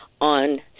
on